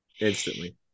instantly